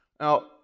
Now